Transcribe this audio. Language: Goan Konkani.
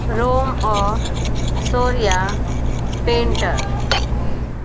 रोमो सोर्या पेंटर